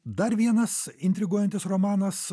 dar vienas intriguojantis romanas